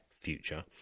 future